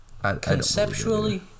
Conceptually